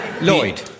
Lloyd